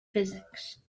physics